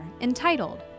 entitled